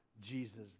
Jesus